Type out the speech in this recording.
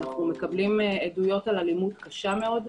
אנו מקבלים עדויות על אלימות קשה מאוד,